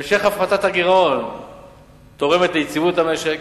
המשך הפחתת הגירעון תורם ליציבות המשק.